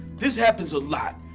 this happens a lot.